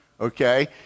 okay